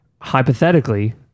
hypothetically